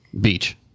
beach